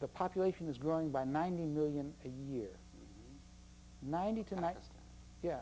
the population is growing by ninety million a year ninety tonight ye